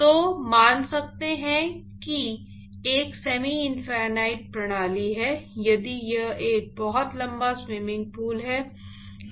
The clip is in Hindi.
तो मान सकते है कि एक सेमी इनफिनिट प्रणाली है यदि यह एक बहुत लंबा स्विमिंग पूल है